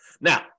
Now